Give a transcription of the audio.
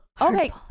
Okay